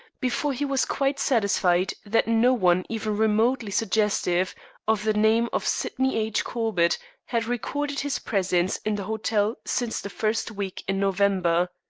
before he was quite satisfied that no one even remotely suggestive of the name of sydney h. corbett had recorded his presence in the hotel since the first week in november.